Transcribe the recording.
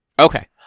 Okay